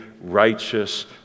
righteous